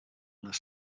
les